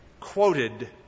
quoted